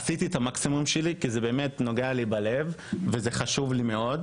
עשיתי את המקסימום שלי כי הנושא הזה באמת נוגע לי ללב וזה חשוב לי מאוד.